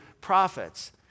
prophets